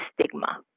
stigma